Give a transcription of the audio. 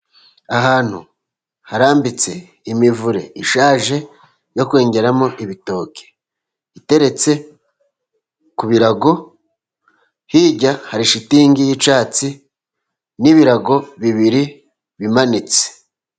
Ahantu harambitse imivure ishaje yo kwengeramo ibitoki iteretse ku birago, hirya hari shitingi y'icyatsi n'ibirago bibiri bimanitse.